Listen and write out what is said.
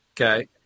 Okay